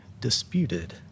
disputed